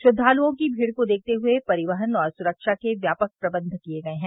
श्रद्वालुओं की भीड़ को देखते हुए परिवहन और सुरक्षा के व्यापक प्रबंध किये गये हैं